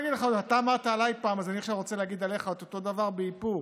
אתה אמרת עליי פעם אז אני עכשיו רוצה להגיד עליך את אותו דבר בהיפוך.